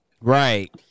Right